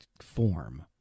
form